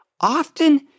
often